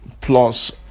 plus